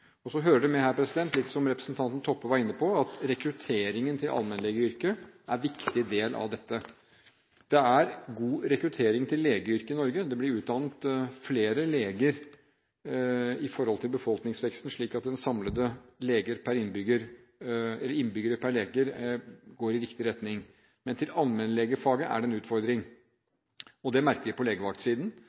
Og så hører det med her, som representanten Toppe var inne på, at rekrutteringen til allmennlegeyrket er en viktig del av dette. Det er god rekruttering til legeyrket i Norge, det blir utdannet flere leger i forhold til befolkningsveksten, slik at det samlede tallet på innbyggere per lege går i riktig retning. Men rekrutteringen til allmennlegefaget er en utfordring. Det merker vi på